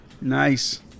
Nice